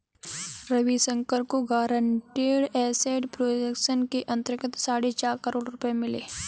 रविशंकर को guaranteed asset protection के अंतर्गत साढ़े चार करोड़ रुपये मिले